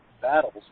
battles